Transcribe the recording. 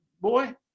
boy